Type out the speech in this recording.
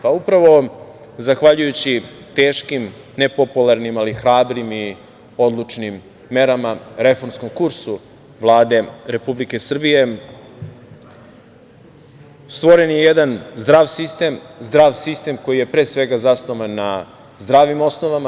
Pa upravo zahvaljujući teškim, nepopularnim, ali hrabrim i odlučnim merama, reformskom kursu Vlade Republike Srbije, stvoren je jedan zdrav sistem koji je pre svega zasnovan na zdravim osnovama.